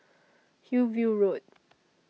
Hillview Road